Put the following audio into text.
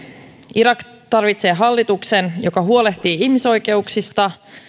irak tarvitsee hallituksen joka huolehtii ihmisoikeuksista